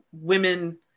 women